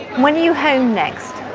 when are you home next?